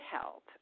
help